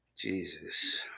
Jesus